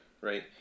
right